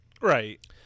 Right